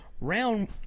Round